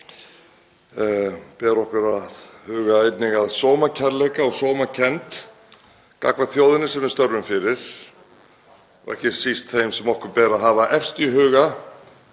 ber okkur að huga einnig að sómakærleika og sómakennd gagnvart þjóðinni sem við störfum fyrir og ekki síst þeim sem okkur ber að hafa efst í huga